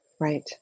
Right